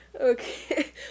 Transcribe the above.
okay